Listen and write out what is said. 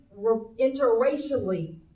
interracially